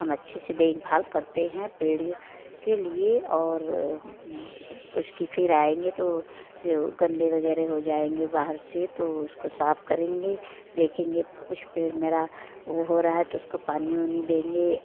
हम अच्छे से देखभाल करते हैं पेड़ ये के लिए और उसकी फिर आएँगे तो जो गंदे वगैरह हो जाएँगे बाहर से तो वो उसको साफ करेंगे देखेंगे कुछ पेड़ मेरा वो हो रहा है तो उसको पानी उनी देंगे